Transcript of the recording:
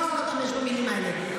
סליחה שאני נאלצת להשתמש במילים האלה.